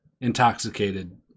intoxicated